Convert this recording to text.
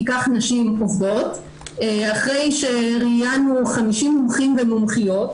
כי כך נשים עובדות אחרי שראיינו 50 מומחים ומומחיות,